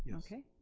yeah okay,